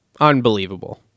unbelievable